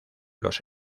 los